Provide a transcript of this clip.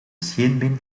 scheenbeen